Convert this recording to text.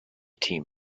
team